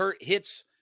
hits